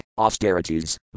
austerities